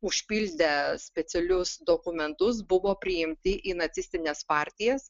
užpildę specialius dokumentus buvo priimti į nacistines partijas